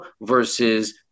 versus